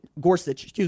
Gorsuch